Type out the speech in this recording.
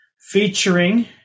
Featuring